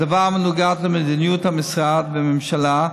הדבר מנוגד למדיניות המשרד והממשלה,